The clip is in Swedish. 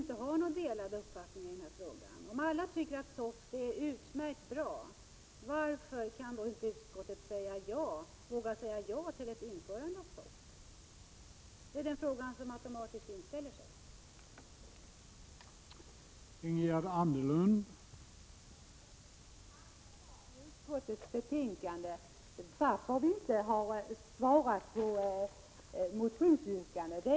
Herr talman! Jag tycker att det framgår klart av utskottets betänkande varför vi inte har svarat på motionsyrkandet.